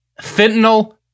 fentanyl